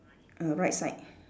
err right side